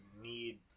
need